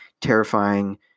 Terrifying